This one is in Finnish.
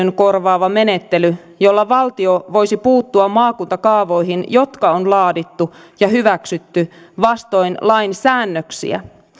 vahvistusmenettelyn korvaava menettely jolla valtio voisi puuttua maakuntakaavoihin jotka on laadittu ja hyväksytty vastoin lain säännöksiä